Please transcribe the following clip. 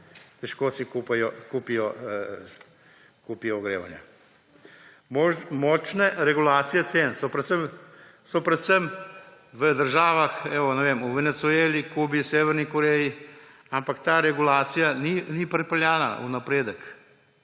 težko kupijo ogrevanje. Močne regulacije cen so predvsem v državah, ne vem, v Venezueli, Kubi, Severni Koreji, ampak ta regulacija ni prepeljana v napredek.